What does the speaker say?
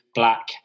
black